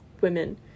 women